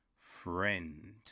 friend